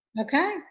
Okay